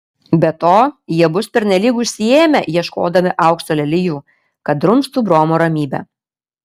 be to jie bus pernelyg užsiėmę ieškodami aukso lelijų kad drumstų bromo ramybę